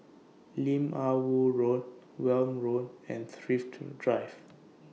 Lim Ah Woo Road Welm Road and Thrift Drive